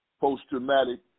post-traumatic